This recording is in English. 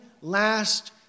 last